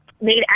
made